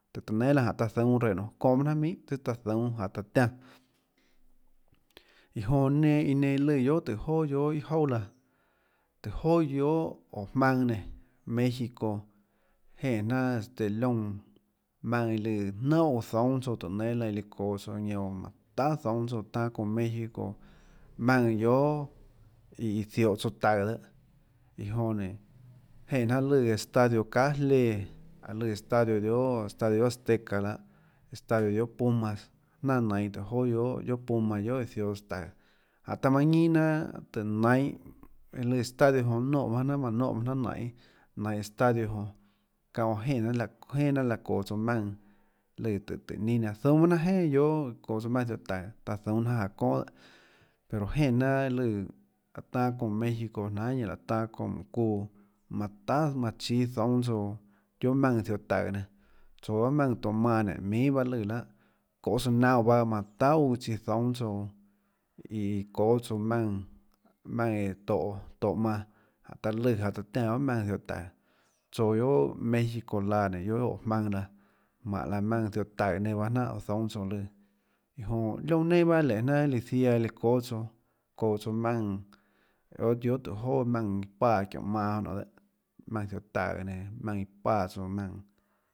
Tùhå tøã nénâ laã taã zuúnâ reã çonå pahâ jnanà minhà taã zuúnâ jaå taã tiánã iã jonã iã nenã nenã lùã guiohà tùhå joà guiohà iâ jouà laã tùhå joà guiohà óå jmaønã nénå méxico jeè jnanà este liónã maùnã iã lùã nánhà uå zoúnâ tsouã tùhå nénâ laã iã çoås tsouã ñanã oå manã tahà zoúnâ tsouã laê tanâ çounã méxico maùnã iã guiohà iã ziohå tsouã taùå dehâ iã jonã nénå jenè jnanà lùã nénå este estadio çahà jléã laê lùã estadio guiohà estadio guiohà azteca lahâ estadio guiohà puma jnanà nainå tùhå joà guiohà puma guiohà iã ziohås taùå jánhå taã manã ñinâ jnanà tùhå nainhå iã lùã estadio jonã nonè paâ jnanà manã nonè paâ jnanà nainê nainhå estadio jonã çáhã jonã jenè jeàjnanà láhã çoå tsouã maùnã lùã tùhå tùhå ninâ zuúnâ pahå jnanà jenà guiohà iã çoå tsouã maùnã ziohà taùå taã zuúnâ jnanà jaå çónà pero jenè jnanà lùã laê tanâ çounã méxico jnanhà ñanã laê tanâ çounã mánå çuuã manã tahà manã chíâ zoúnâ tsouã guiohà maùnã ziohå táøå tsoå guiohà maùnã tohå manã nénå minhà paâ lùã laà çohê tsøã naunã pahâ manã tahà uã manã chíâ zoúnâ tsouã iã çùâ tsouã maùnã maùã eã tohå manã jáhå taã lùã jaå taã tiánã guiohà maùnã ziohå taùå tsouå guiohà méxico laã nénå guiohà óå jmaønã laã mánhå laã maùnã ziohå taùå nenã pahâ jnánhà zoúnâ tsouã lùã iã jonã liónã nenâ pahâ lenhê jnanà ziaã líã çóâ tsouã çoå tsouã maùnã guiohà tóhå joà maùnã páã þióhå manã nonê dehâ maùnã ziohå taùå nenã maùnã iã páã tsouã liónã nenâ pahâ ziaã sùà.